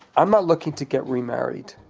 i'm not looking to get remarried.